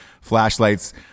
flashlights